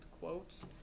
quotes